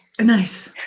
Nice